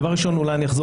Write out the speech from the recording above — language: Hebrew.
אני אולי אחזור